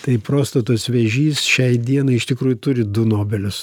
tai prostatos vėžys šiai dienai iš tikrųjų turi du nobelius